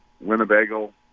Winnebago